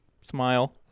smile